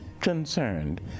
Concerned